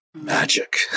Magic